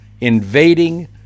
invading